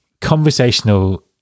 conversational